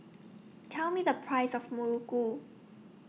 Tell Me The Price of Muruku